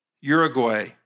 Uruguay